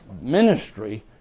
ministry